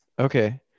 okay